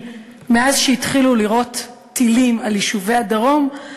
מאז שהתחילו לירות טילים על יישובי הדרום,